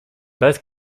both